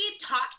talk